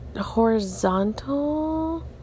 Horizontal